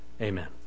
Amen